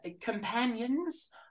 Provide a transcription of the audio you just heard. companions